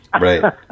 Right